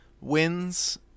wins